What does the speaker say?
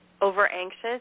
Over-anxious